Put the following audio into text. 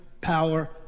power